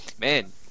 Man